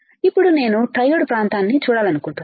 ఇప్పుడు నేను ట్రయోడ్ ప్రాంతాన్ని చూడాలనుకుంటున్నాను